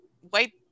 white